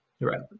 right